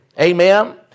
Amen